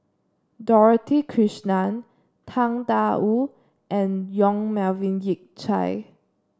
Dorothy Krishnan Tang Da Wu and Yong Melvin Yik Chye